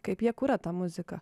kaip jie kuria tą muziką